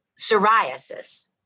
psoriasis